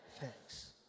thanks